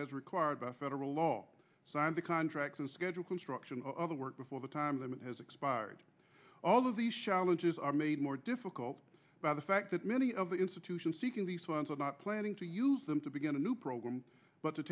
as required by federal law signed the contracts and schedule construction of the work before the time limit has expired although these challenges are made more difficult by the fact that many of the institutions seeking the swans are not planning to use them to begin a new program but to